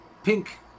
pink